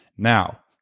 Now